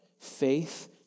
faith